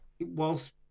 whilst